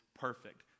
perfect